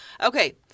Okay